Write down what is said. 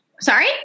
Sorry